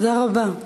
תודה רבה.